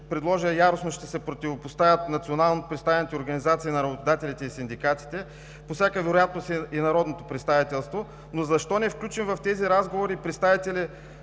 предложа, яростно ще се противопоставят националнопредставените организации на работодателите и синдикатите, по всяка вероятност и народното представителство, но защо не включим в тези разговори и представители